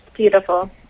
Beautiful